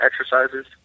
exercises